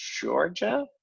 Georgia